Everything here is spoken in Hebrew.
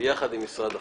ביחד עם משרד החוץ.